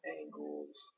angles